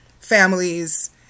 families